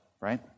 right